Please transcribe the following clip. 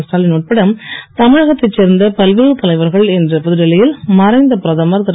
ஸ்டாலின் உட்பட தமிழகத்தைச் சோந்த பல்வேறு தலைவர்கள் இன்று புதுடெல்லியில் மறைந்த பிரதமர் திரு